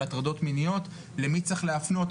על הטרדות מיניות למי צריך להפנות,